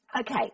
Okay